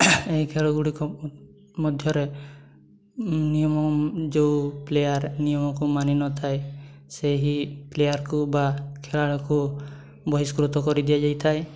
ଏହି ଖେଳ ଗୁଡ଼ିକ ମଧ୍ୟରେ ନିୟମ ଯୋଉ ପ୍ଲେୟାର୍ ନିୟମକୁ ମାନି ନଥାଏ ସେହି ପ୍ଲେୟାର୍କୁ ବା ଖେଳାଳିକୁ ବହିଷ୍କୃତ କରିଦିଆଯାଇଥାଏ